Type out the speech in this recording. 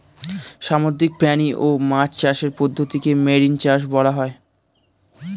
সামুদ্রিক প্রাণী ও মাছ চাষের পদ্ধতিকে মেরিন চাষ বলা হয়